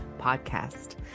podcast